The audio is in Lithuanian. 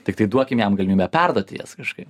tiktai duokim jam galimybę perduoti jas kažkaip